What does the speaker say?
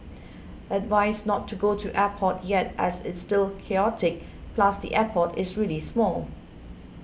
advised not to go to airport yet as it's still chaotic plus the airport is really small